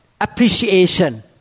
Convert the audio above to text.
appreciation